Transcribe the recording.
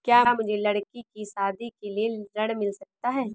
क्या मुझे लडकी की शादी के लिए ऋण मिल सकता है?